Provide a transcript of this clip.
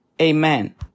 Amen